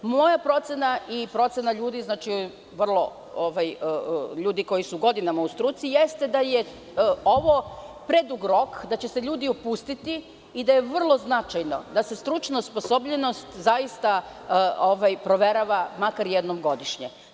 Moja procena i procena ljudi koji su godinama u struci jeste da ovo predug rok, da će se ljudi opustiti i da je vrlo značajno da se stručna osposobljenost zaista proverava makar jednom godišnje.